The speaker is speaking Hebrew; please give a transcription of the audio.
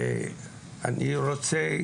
ואני רוצה